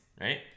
Right